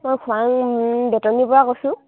মই খোৱাং বেতনীৰ পৰা কৈছোঁ